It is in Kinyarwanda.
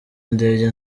ndebye